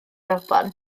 alban